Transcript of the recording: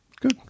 good